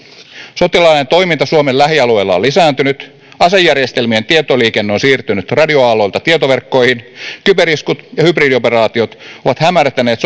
sotilaallinen toiminta suomen lähialueilla on lisääntynyt asejärjestelmien tietoliikenne on siirtynyt radioaalloilta tietoverkkoihin kyberiskut ja hybridioperaatiot ovat hämärtäneet